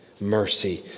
mercy